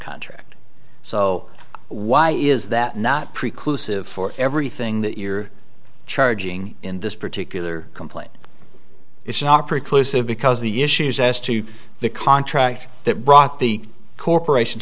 contract so why is that not preclude for everything that you're charging in this particular complaint it's not precluded because the issues as to the contract that brought the corporation